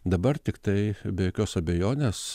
dabar tiktai be jokios abejonės